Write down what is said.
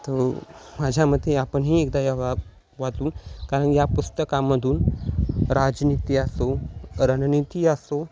तो माझ्या मते आपणही एकदा या वा वाचू कारण या पुस्तकामधून राजनीती असो रणनीती असो